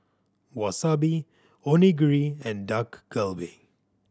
Wasabi Onigiri and Dak Galbi